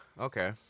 Okay